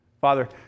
Father